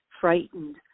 frightened